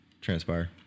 transpire